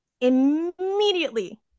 immediately